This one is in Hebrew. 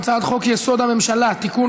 הצעת חוק-יסוד: הממשלה (תיקון,